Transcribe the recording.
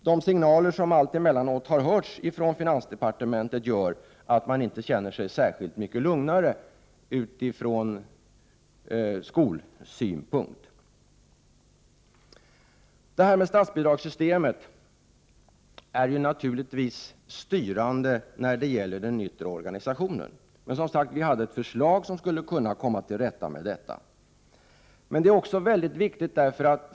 De signaler som emellanåt har kommit från finansdepartementet gör ju att man inte känner sig så mycket lugnare när det gäller skolan. Statsbidragssystemet är naturligtvis styrande vad gäller den yttre organisationen. Men vi hade, som sagt, ett förslag som visade hur man skulle kunna komma till rätta med detta.